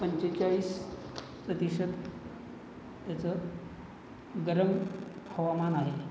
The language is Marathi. पंचेचाळीस प्रतिशत त्याचं गरम हवामान आहे